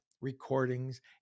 recordings